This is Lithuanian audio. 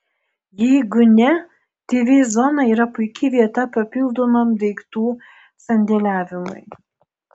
jeigu ne tv zona yra puiki vieta papildomam daiktų sandėliavimui